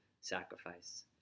sacrifice